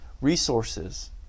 resources